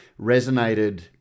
resonated